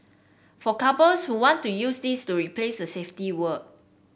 for couples who want to use this to replace the safety word